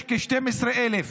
יש כ-12,000